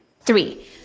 Three